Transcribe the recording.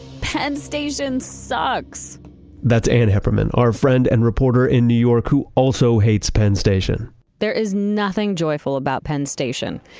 penn station sucks that's ann heppermann, our friend and reporter in new york who also hates penn station there is nothing joyful about penn station.